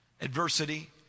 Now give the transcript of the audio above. adversity